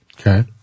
Okay